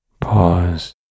pause